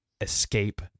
escape